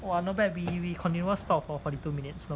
!wah! not bad we we continuous talk for forty two minutes long